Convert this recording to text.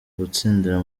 gutsindira